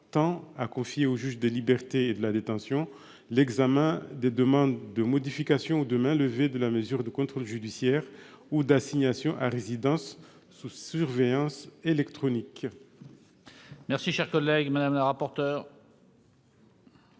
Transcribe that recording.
tend à confier au juge des libertés et de la détention l'examen des demandes de modification ou de mainlevée de la mesure de contrôle judiciaire ou d'assignation à résidence sous surveillance électronique.